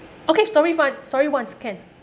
okay sorry fine sorry once can